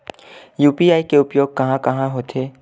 UPI के उपयोग कहां कहा होथे?